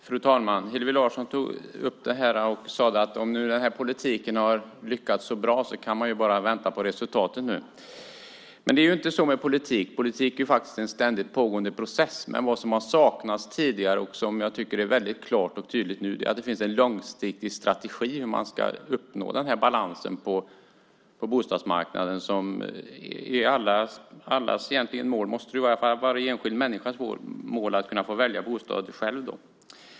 Fru talman! Hillevi Larsson sade att om regeringens politik verkligen har lyckats så bra är det bara att vänta på resultatet nu. Men det är inte så med politik. Politik är en ständigt pågående process. Vad som har saknats tidigare och som jag tycker är väldigt klart och tydligt nu är att det finns en långsiktig strategi för hur man ska uppnå den balans på bostadsmarknaden som väl borde vara allas mål. Det måste vara varje enskild människas mål att få välja bostad själv.